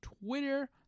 Twitter